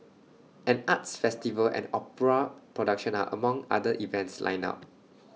an arts festival and opera production are among other events lined up